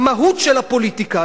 המהות של הפוליטיקה,